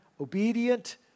obedient